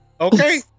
Okay